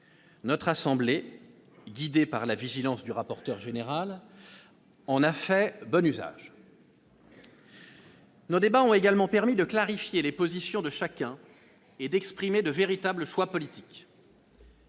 Notre assemblée, guidée par la vigilance du rapporteur général, en a fait bon usage. Nos débats ont également permis de clarifier les positions de chacun et d'exprimer de véritables choix politiques.